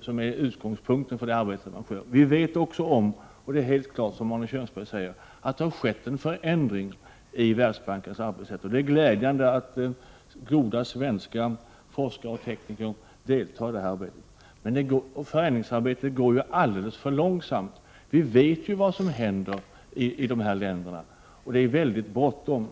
som är utgångspunkten för arbetet. Vi vet, som Arne Kjörnsberg sade, att det har skett en förändring i Världsbankens arbetssätt. Det är glädjande att kloka svenska forskare och tekniker deltar i det arbetet. Men förändringsarbetet går alldeles för långsamt. Vi vet vad som händer i dessa länder, och det är väldigt bråttom.